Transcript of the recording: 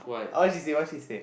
uh what she say what she say